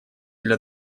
для